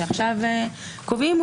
שעכשיו קובעים,